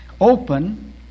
open